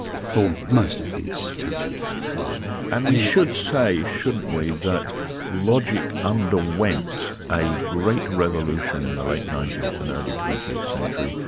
for most of his teaching life. and we should say shouldn't we, that logic underwent a great revolution in the late nineteenth and early twentieth century,